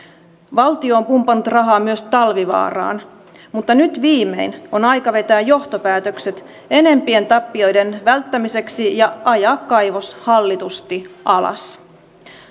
valtio on pumpannut rahaa myös talvivaaraan mutta nyt viimein on aika vetää johtopäätökset enempien tappioiden välttämiseksi ja ajaa kaivos hallitusti alas